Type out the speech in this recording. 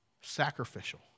sacrificial